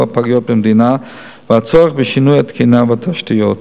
הפגיות במדינה ואת הצורך בשינוי התקינה והתשתיות.